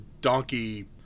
donkey